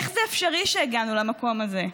איך זה אפשרי שהגענו למקום הזה?